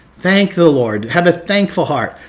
thank the lord. have a thankful heart.